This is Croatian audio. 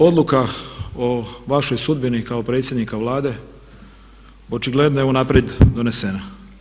Odluka o vašoj sudbini kao predsjednika Vlade očigledno je unaprijed donesena.